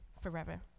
forever